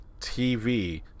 TV